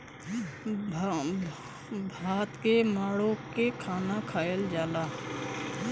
भात के माड़ो के खाना खायल जाला